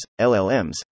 LLMs